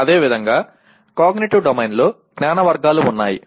అదేవిధంగా కాగ్నిటివ్ డొమైన్లో జ్ఞాన వర్గాలు ఉన్నాయి